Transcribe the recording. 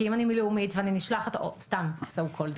אם אני מלאומית או מכללית,